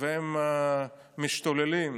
והם משתוללים,